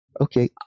okay